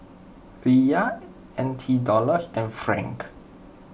Riyal N T Dollars and Franc